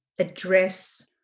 address